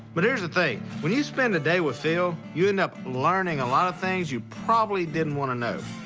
but here's the thing. when you spend a day with phil, you end up learning a lot of things you probably didn't want to know.